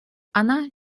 она